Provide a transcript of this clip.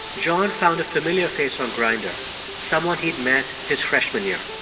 john found a familiar face on grindr someone he'd met his freshman year.